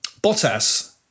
Bottas